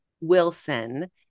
wilson